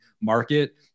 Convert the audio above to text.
market